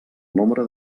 nombre